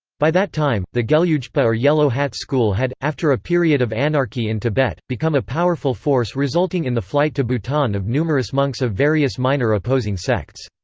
by that time, the gelugpa or yellow hat school had, after a period of anarchy in tibet, become a powerful force resulting in the flight to bhutan of numerous monks of various minor opposing sects.